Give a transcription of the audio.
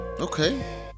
okay